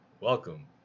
Welcome